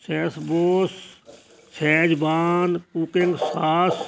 Saif boss Schezwan cooking sauce